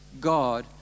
God